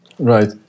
Right